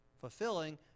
fulfilling